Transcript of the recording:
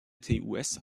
tus